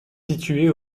située